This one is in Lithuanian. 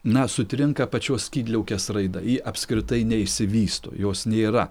na sutrinka pačios skydliaukės raida ji apskritai neišsivysto jos nėra